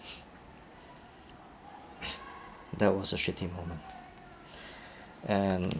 that was a shitty moment and